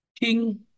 King